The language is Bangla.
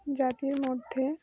জাতির মধ্যে